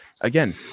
again